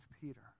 Peter